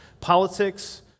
Politics